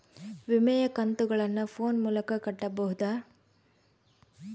ವಿಮೆಯ ಕಂತುಗಳನ್ನ ಫೋನ್ ಮೂಲಕ ಕಟ್ಟಬಹುದಾ?